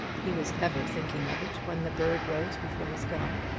he was ever thinking of it when the bird rose before his gun.